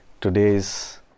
today's